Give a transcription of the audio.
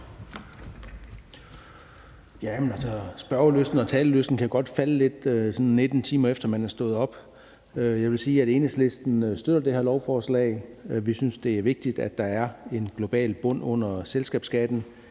Spørgelysten og talelysten kan godt falde lidt, 19 timer efter at man er stået op. Jeg vil sige, at Enhedslisten støtter det her lovforslag. Vi synes, at det er vigtigt, at der er en global bund under selskabsskatten.